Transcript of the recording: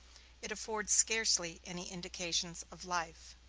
it affords scarcely any indications of life.